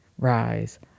rise